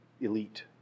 elite